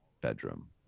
bedroom